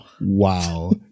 Wow